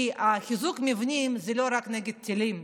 כי חיזוק המבנים זה לא רק נגד טילים,